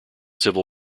civil